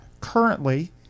currently